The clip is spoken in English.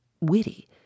Witty